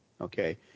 Okay